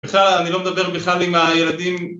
אני לא מדבר בכלל עם הילדים